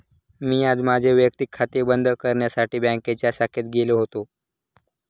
मी आज माझे वैयक्तिक खाते बंद करण्यासाठी बँकेच्या शाखेत गेलो होतो